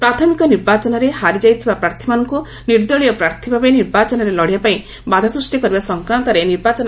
ପ୍ରାଥମିକ ନିର୍ବାଚନରେ ହାରି ଯାଇଥିବା ପ୍ରାର୍ଥମାନଙ୍କୁ ନିଦ୍ଦଳୀୟ ପ୍ରାର୍ଥୀ ଭାବେ ନିର୍ବଚାନରେ ଲଢିବା ଲାଗି ବାଧା ସୃଷ୍ଟି କରିବା ସଂକ୍ରାନ୍ତରେ ନିର୍ବାଚନ